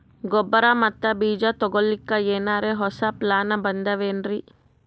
ಗೊಬ್ಬರ ಮತ್ತ ಬೀಜ ತೊಗೊಲಿಕ್ಕ ಎನರೆ ಹೊಸಾ ಪ್ಲಾನ ಬಂದಾವೆನ್ರಿ?